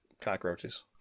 cockroaches